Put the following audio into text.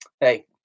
hey